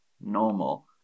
normal